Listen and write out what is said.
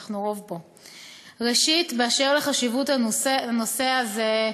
אנחנו רוב פה, ראשית, באשר לחשיבות הנושא הזה,